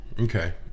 Okay